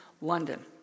London